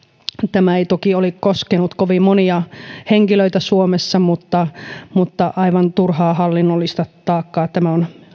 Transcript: tämä ei toki ole koskenut kovin monia henkilöitä suomessa mutta mutta aivan turhaa hallinnollista taakkaa tämä on